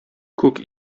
күк